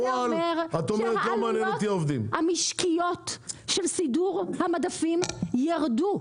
עלויות משקיות של סידור המדפים, העלויות ירדו,